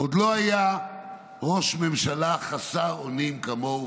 עוד לא היה ראש ממשלה חסר אונים כמוהו,